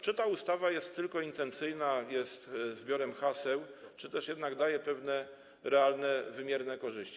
Czy ta ustawa jest tylko intencyjna, jest zbiorem haseł, czy też jednak daje pewne realne, wymierne korzyści?